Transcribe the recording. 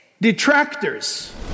detractors